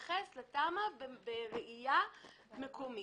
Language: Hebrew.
להתייחס לתמ"א בראייה מקומית.